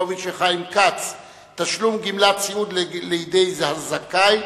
(תשלום גמלת סיעוד לידי הזכאי,